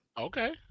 Okay